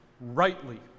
rightly